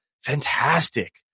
fantastic